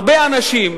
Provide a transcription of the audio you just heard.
הרבה אנשים,